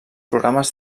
programes